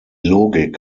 logik